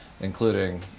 including